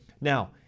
Now